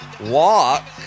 walk